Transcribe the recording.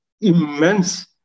immense